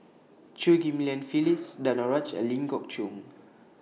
Chew Ghim Lian Phyllis Danaraj and Ling Geok Choon